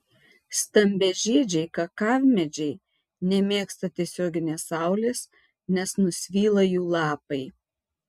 stambiažiedžiai kakavmedžiai nemėgsta tiesioginės saulės nes nusvyla jų lapai